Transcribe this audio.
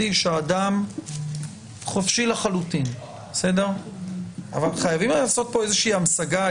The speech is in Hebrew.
כאשר האדם חופשי לחלוטין אבל חייבים לעשות כאן איזושהי המשגה,